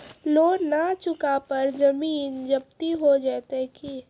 Loan न चुका पर जमीन जब्ती हो जैत की?